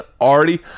already